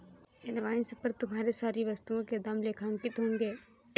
invoice पर तुम्हारे सारी वस्तुओं के दाम लेखांकित होंगे